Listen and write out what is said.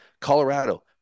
Colorado